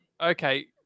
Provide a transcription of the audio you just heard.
Okay